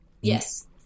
Yes